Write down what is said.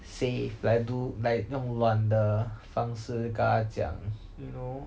safe like do like 那种软的方式跟他讲 you know